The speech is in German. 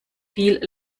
viel